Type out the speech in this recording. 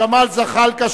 ג'מאל זחאלקה,